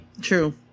True